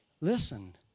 listen